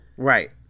Right